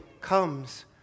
comes